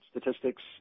statistics